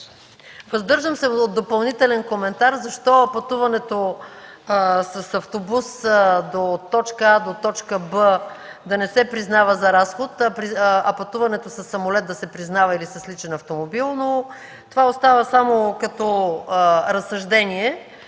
Въздържам се от допълнителен коментар защо пътуването с автобус от точка А до точка Б да не се признава за разход, а пътуването със самолет или с личен автомобил да се признава. Това остава само като разсъждение.